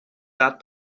that